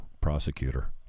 prosecutor